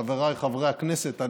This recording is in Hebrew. חבריי חברי הכנסת,